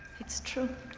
it's true.